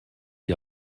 die